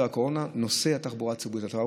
הקורונה לנוסעי התחבורה הציבורית היו